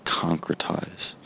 concretize